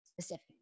specific